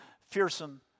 fearsome